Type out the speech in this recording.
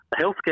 healthcare